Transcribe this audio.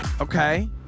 Okay